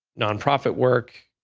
nonprofit work.